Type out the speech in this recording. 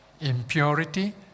impurity